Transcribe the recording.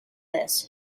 this